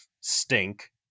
stink